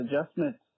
adjustments